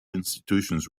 institutions